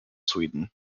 sweden